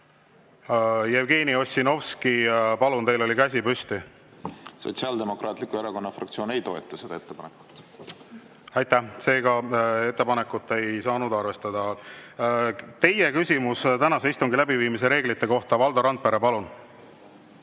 Jevgeni Ossinovski, palun, teil oli käsi püsti! Sotsiaaldemokraatliku Erakonna fraktsioon ei toeta seda ettepanekut. Aitäh! Seega seda ettepanekut ei saa arvestada. Teie küsimus tänase istungi läbiviimise reeglite kohta, Valdo Randpere, palun!